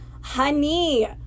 Honey